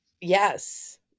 Yes